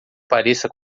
pareça